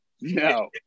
no